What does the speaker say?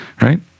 Right